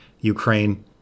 Ukraine